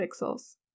pixels